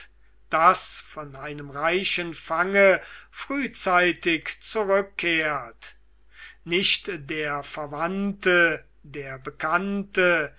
das von einem reichen fange frühzeitig zurückkehrt nicht der verwandte der bekannte